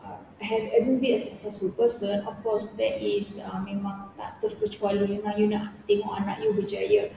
have and will be a successful because the of course that is uh memang tak terkecuali memang you nak tengok anak you berjaya